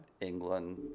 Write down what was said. England